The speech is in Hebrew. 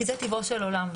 כי זה טבעו של עולם.